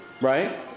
Right